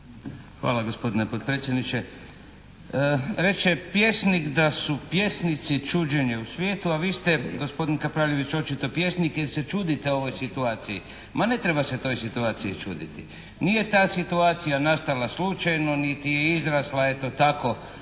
Hvala gospodine potpredsjedniče. Reče pjesnik da su «Pjesnici čuđenje u svijetu» a vi ste gospodine Kapraljeviću očito pjesnik jer se čudite ovoj situaciji. Ma ne treba se toj situaciji čuditi. Nije ta situacija nastala slučajno niti je izrasla eto tako